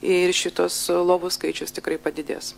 ir šitos lovų skaičius tikrai padidės